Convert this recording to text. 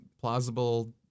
plausible